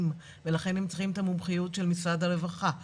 ולכן הם צריכים את המומחיות של משרד הרווחה,